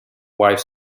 wife